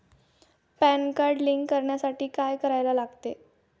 Pan card link करण्यासाठी काय करायला लागते?